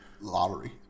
Lottery